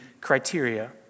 criteria